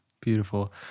beautiful